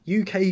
uk